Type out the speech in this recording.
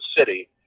City